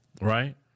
right